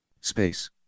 Space